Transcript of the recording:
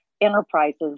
enterprises